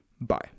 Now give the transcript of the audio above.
Bye